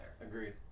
Agreed